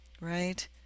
right